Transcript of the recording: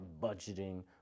budgeting